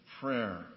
prayer